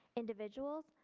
individuals,